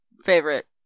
favorite